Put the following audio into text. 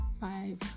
five